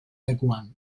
lekuan